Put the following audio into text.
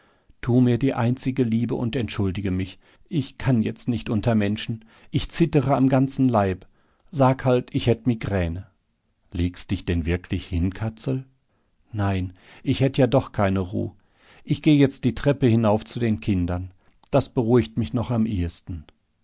tu mir die einzige liebe und entschuldige mich ich kann jetzt nicht unter menschen ich zittere am ganzen leib sag halt ich hätt migräne legst dich denn wirklich hin katzel nein ich hätt ja doch keine ruh ich geh jetzt die treppe hinauf zu den kindern das beruhigt mich noch am ehesten